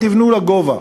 אומרים: תבנו לגובה.